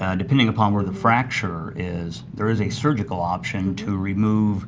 ah depending upon where the fracture is, there is a surgical option to remove